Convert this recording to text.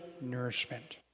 nourishment